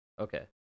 Okay